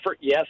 Yes